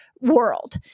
world